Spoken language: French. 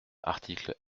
articles